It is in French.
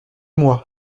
moi